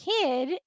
kid